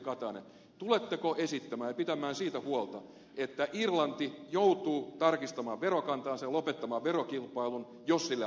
tuletteko esittämään ja pitämään siitä huolta että irlanti joutuu tarkistamaan verokantaansa ja lopettamaan verokilpailun jos sille annetaan tukea